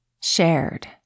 Shared